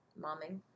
momming